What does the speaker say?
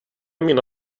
mina